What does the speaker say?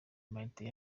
martin